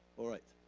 alright,